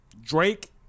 Drake